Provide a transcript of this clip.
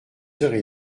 heures